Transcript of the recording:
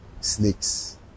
snakes